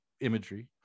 imagery